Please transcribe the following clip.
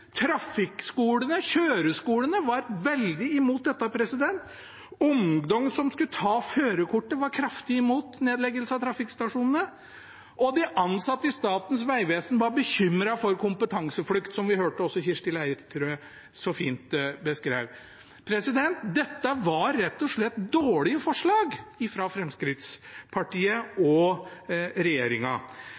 var veldig imot det. Ungdom som skulle ta førerkort, var kraftig imot nedleggelse av trafikkstasjonene. Og de ansatte i Statens vegvesen var bekymret for kompetanseflukt, som vi også hørte Kirsti Leirtrø så fint beskrive. Dette var rett og slett dårlige forslag fra Fremskrittspartiet og